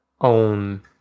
own